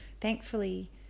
Thankfully